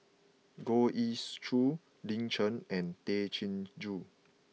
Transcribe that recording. Goh Ee Choo Lin Chen and Tay Chin Joo